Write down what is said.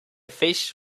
fish